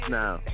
now